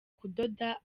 kudoda